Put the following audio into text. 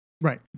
right